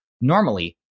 normally